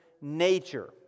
Nature